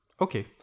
Okay